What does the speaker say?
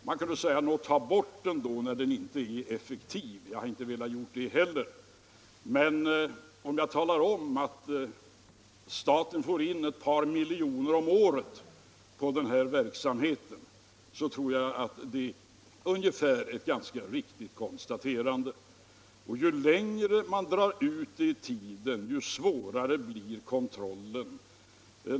Man kunde säga: Nå, ta bort den då, när den inte är effektiv. Jag har inte velat göra det heller. Men talar jag om att staten får in ett par miljoner om året på den här verksamheten, så tror jag det är ett ganska riktigt konstaterande. Och ju längre man drar ut det i tiden, desto svårare blir kontrollen.